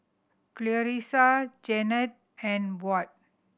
Clarisa Janet and Burt